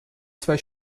zwei